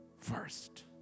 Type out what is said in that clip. first